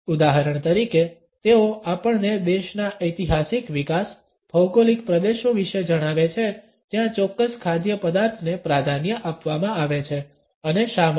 ઉદાહરણ તરીકે તેઓ આપણને દેશના ઐતિહાસિક વિકાસ ભૌગોલિક પ્રદેશો વિશે જણાવે છે જ્યાં ચોક્કસ ખાદ્ય પદાર્થને પ્રાધાન્ય આપવામાં આવે છે અને શા માટે